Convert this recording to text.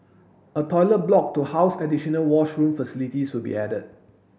a toilet block to house additional washroom facilities will be added